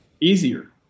Easier